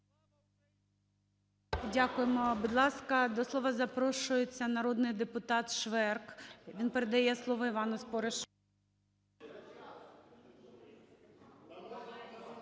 Дякуємо. Будь ласка, до слова запрошується народний депутат Шверк. Він передає слово Івану Споришу.